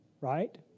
right